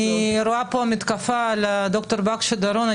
אני רואה פה מתקפה על ד"ר בקשי דורון.